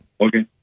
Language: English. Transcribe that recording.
Okay